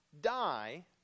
die